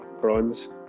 bronze